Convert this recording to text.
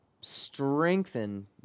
strengthen